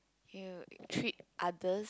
you treat others